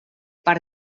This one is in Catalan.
per